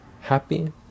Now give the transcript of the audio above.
happy